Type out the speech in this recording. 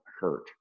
hurt